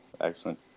excellent